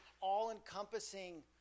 all-encompassing